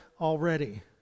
already